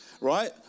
right